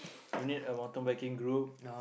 you need a mountain biking group